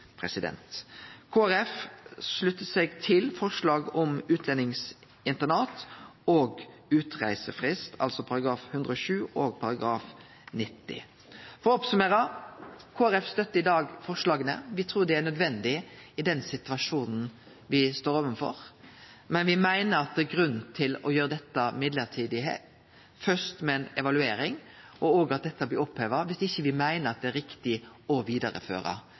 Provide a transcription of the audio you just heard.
seg til forslaget om utlendingsinternat og utreisefrist, altså § 107 og § 90. For å summere opp: Kristeleg Folkeparti støttar i dag forslaga. Me trur det er nødvendig i den situasjonen me står overfor, men me meiner det er grunn til å gjere dette mellombels, først med ei evaluering og at lova blir oppheva dersom me meiner det ikkje er riktig å vidareføre.